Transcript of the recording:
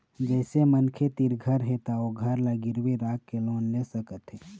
जइसे मनखे तीर घर हे त ओ घर ल गिरवी राखके लोन ले सकत हे